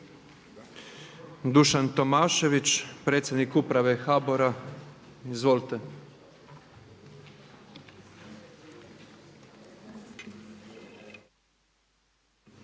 Dušan Tomašević predsjednik uprave HBOR-a. Izvolite.